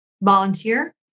Volunteer